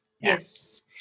Yes